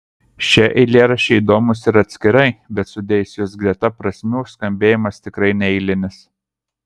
šie eilėraščiai įdomūs ir atskirai bet sudėjus juos greta prasmių skambėjimas tikrai neeilinis